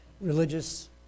religious